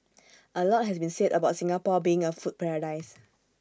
A lot has been said about Singapore being A food paradise